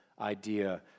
idea